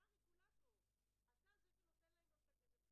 אתה מגיש את זה לסל כתרופה --- אני מתנצלת,